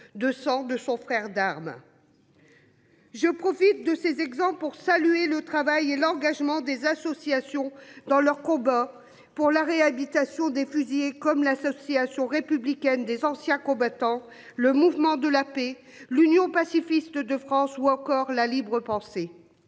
de son, de son frère d'armes. Je profite de ces exemples, pour saluer le travail et l'engagement des associations dans leur combat pour la réhabilitation des fusillés comme l'Association républicaine des anciens combattants. Le mouvement de la paix l'Union pacifiste de France ou encore la Libre pensée.